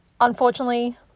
unfortunately